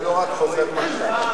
ולא רק חוזר מנכ"ל.